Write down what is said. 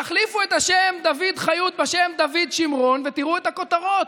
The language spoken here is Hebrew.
תחליפו את השם דוד חיות בשם דוד שמרון ותראו את הכותרות,